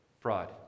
fraud